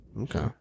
Okay